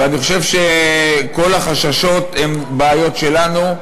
ואני חושב שכל החששות הם בעיות שלנו,